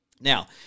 Now